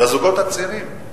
לזוגות הצעירים.